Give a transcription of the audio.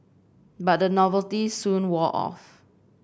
but the novelty soon wore off